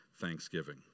thanksgiving